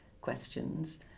questions